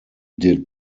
did